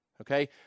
okay